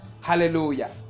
hallelujah